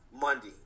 Monday